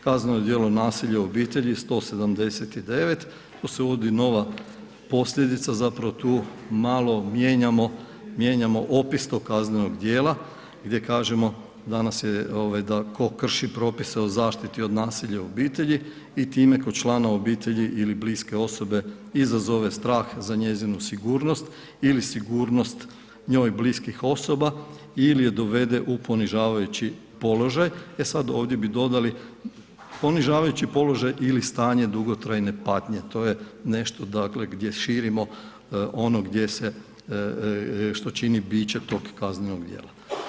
Kazneno djelo nasilja u obitelji 179., tu se uvodi nova posljedica zapravo tu malo mijenjamo, mijenjamo opis tog kaznenog djela gdje kažemo danas da tko krši propise o zaštiti od nasilja u obitelji i time kod članova u obitelji ili bliske osobe i izazove strah za njezinu sigurnost ili sigurnost njoj bliskih osoba ili je dovede u ponižavajući položaj, e sad, ovdje bi dodali ponižavajući položaj ili stanje dugotrajne patnje, to je nešto dakle gdje širimo ono gdje se, što čini biće tog kaznenog djela.